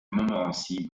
montmorency